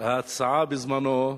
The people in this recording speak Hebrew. ההצעה בזמנו,